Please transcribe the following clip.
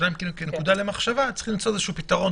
כנקודה למחשבה צריך למצוא איזה פתרון,